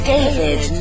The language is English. David